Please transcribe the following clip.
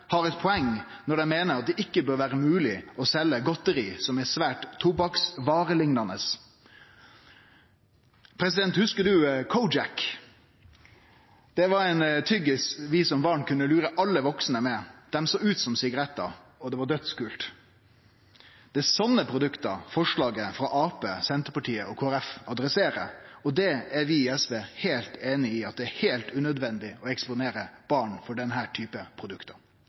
har eit poeng når dei meiner at det ikkje bør vere mogleg å selje godteri som er svært tobakksvareliknande. Hugsar presidenten Kojak? Det var ein tyggis vi som barn kunne lure alle vaksne med. Dei såg ut som sigarettar, og det var dødskult. Det er slike produkt forslaget frå Arbeidarpartiet, Senterpartiet og Kristeleg Folkeparti adresserer, og vi i SV er heilt einige i at det er heilt unødvendig å eksponere barn for